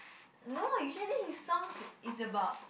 no usually his songs is about